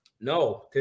No